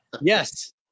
Yes